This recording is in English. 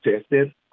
tested